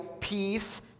peace